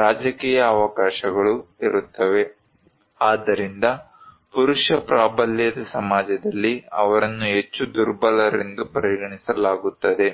ರಾಜಕೀಯ ಅವಕಾಶಗಳು ಇರುತ್ತವೆ ಆದ್ದರಿಂದ ಪುರುಷ ಪ್ರಾಬಲ್ಯದ ಸಮಾಜದಲ್ಲಿ ಅವರನ್ನು ಹೆಚ್ಚು ದುರ್ಬಲರೆಂದು ಪರಿಗಣಿಸಲಾಗುತ್ತದೆ